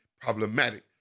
problematic